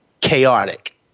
Chaotic